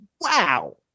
wow